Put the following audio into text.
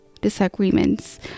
disagreements